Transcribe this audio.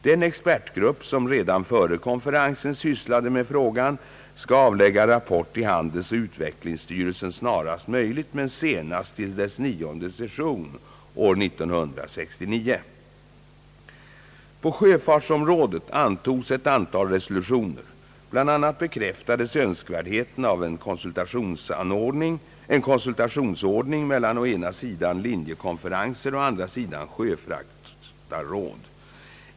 Den expertgrupp som redan före konferensen sysslade med frågan skall avlägga rapport till handelsoch utvecklingsstyrelsen snarast möjligt men senast till dess nionde session år 1969. solutioner. Bl. a. bekräftades önskvärdheten av en :konsultationsordning mellan å ena sidan linjekonferenser och å andra sidan sjöbefraktarråd.